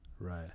right